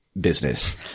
business